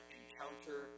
encounter